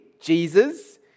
Jesus